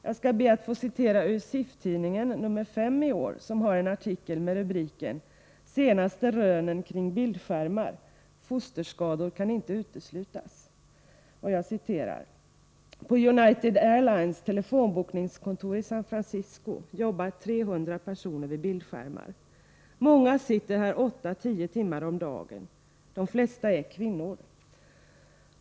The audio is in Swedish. Jag skall be att få citera ur SIF-tidningen nr 5 i år, som har en artikel med rubriken Senaste rönen kring bildskärmar — fosterskador kan inte uteslutas: ”På United Airlines telefonbokningskontor i San Francisco jobbar 300 personer vid bildskärmar. Många sitter här 8-10 timmar om dagen. De flesta är kvinnor.